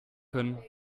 können